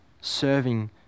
serving